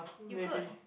you could